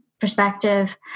perspective